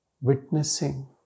witnessing